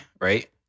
right